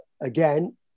again